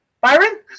Byron